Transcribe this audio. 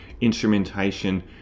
instrumentation